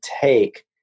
take